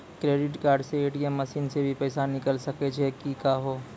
Credit card से ATM machine से भी पैसा निकल सकै छि का हो?